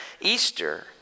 Easter